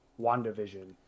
WandaVision